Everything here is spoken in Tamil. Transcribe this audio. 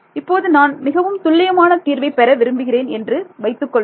இப்போது நான் மிகவும் துல்லியமான தீர்வை பெற விரும்புகிறேன் என்று வைத்துக்கொள்வோம்